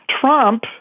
Trump